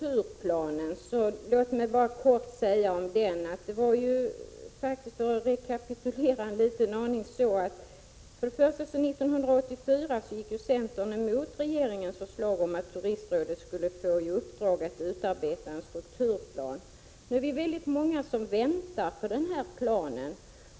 Fru talman! Jag vill något rekapitulera vad som har hänt beträffande strukturplanen. 1984 gick centern emot regeringens förslag om att Turistrådet skulle få i uppdrag att utarbeta en strukturplan. Nu är vi många som väntar på den här planen.